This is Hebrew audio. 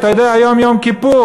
אתה יודע שהיום יום כיפור?